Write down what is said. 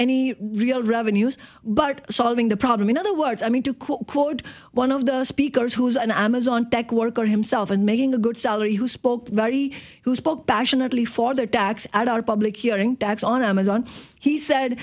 any real revenues but solving the problem in other words i mean to quote one of the speakers who is an amazon tech worker himself and making a good salary who spoke very who spoke passionately for their tax our public hearing back on amazon he said